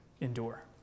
endure